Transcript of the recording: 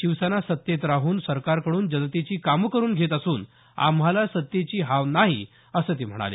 शिवसेना सत्तेत राहून सरकारकड्रन जनतेची कामं करुन घेत असून आम्हाला सत्तेची हाव नाही असं ते म्हणाले